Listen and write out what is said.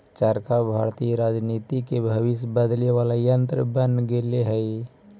चरखा भारतीय राजनीति के भविष्य बदले वाला यन्त्र बन गेले हई